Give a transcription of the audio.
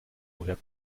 woher